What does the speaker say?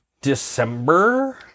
December